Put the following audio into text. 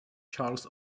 charles